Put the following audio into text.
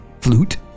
flute